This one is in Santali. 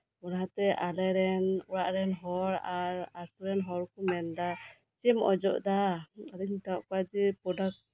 ᱞᱟᱦᱟᱛᱮ ᱟᱞᱮᱨᱮᱱ ᱚᱲᱟᱜ ᱨᱮᱱ ᱦᱚᱲ ᱟᱨ ᱟᱹᱛᱩ ᱨᱮᱱ ᱦᱚᱲ ᱠᱚ ᱢᱮᱱᱫᱟ ᱪᱮᱫ ᱮᱢ ᱚᱡᱚᱜ ᱫᱟ ᱟᱫᱚᱧ ᱢᱮᱛᱟᱜ ᱠᱚᱣᱟᱜ ᱡᱮ ᱯᱨᱚᱰᱟᱠᱴ